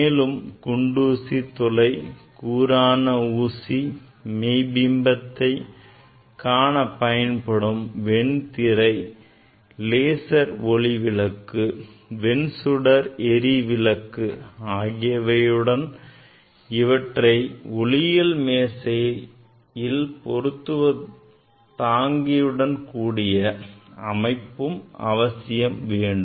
மேலும் குண்டூசி துளை கூரான ஊசி மெய் பிம்பத்தை காண பயன்படும் வெண்திரை லேசர் ஒளிவிளக்கு வெண்சுடர் எரிவிளக்கு ஆகியவையுடன் இவற்றை ஒளியியல் மேசையில் பொருத்தும் தாங்கியுடன் கூடிய அமைப்பும் அவசியம் வேண்டும்